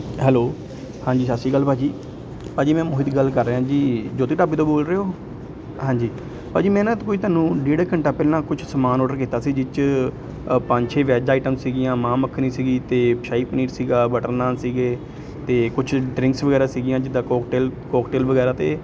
hello ਹਾਂਜੀ ਸਤਿ ਸ਼੍ਰੀ ਅਕਾਲ ਭਾਅ ਜੀ ਭਾਅ ਜੀ ਮੈਂ ਮੋਹਿਤ ਗੱਲ ਕਰ ਰਿਹਾ ਜੀ ਜੋਤੀ ਢਾਬੇ ਤੋਂ ਬੋਲ ਰਹੇ ਹੋ ਹਾਂਜੀ ਭਾਅ ਜੀ ਮੈਂ ਨਾ ਕੋਈ ਤੁਹਾਨੂੰ ਡੇਢ ਕੁ ਘੰਟਾ ਪਹਿਲਾਂ ਕੁਛ ਸਮਾਨ ਔਡਰ ਕੀਤਾ ਸੀ ਜਿਸ 'ਚ ਅ ਪੰਜ ਛੇ ਵੈਜ ਆਈਟਮ ਸੀਗੀਆਂ ਮਾਂਹ ਮੱਖਣੀ ਸੀਗੀ ਅਤੇ ਸ਼ਾਹੀ ਪਨੀਰ ਸੀਗਾ ਬਟਰ ਨਾਨ ਸੀਗੇ ਅਤੇ ਕੁਛ ਡਰਿੰਕਸ ਵਗੈਰਾ ਸੀਗੀਆਂ ਜਿੱਦਾਂ ਕੋਕਟੇਲ ਕੋਕਟੇਲ ਵਗੈਰਾ ਅਤੇ